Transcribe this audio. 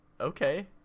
Okay